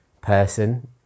person